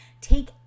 take